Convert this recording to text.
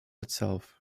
itself